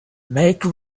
make